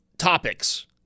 Topics